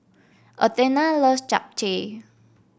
Athena loves Japchae